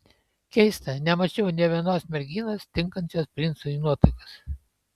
keista nemačiau nė vienos merginos tinkančios princui į nuotakas